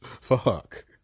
fuck